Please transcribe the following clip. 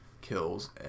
kills